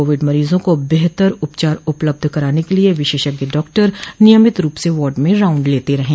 Covid मरीजों को बेहतर उपचार उपलब्ध कराने के लिए विशेषज्ञ डाक्टर नियमित रूप से वार्ड में राउण्ड लेते रहें